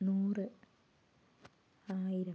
നൂറ് ആയിരം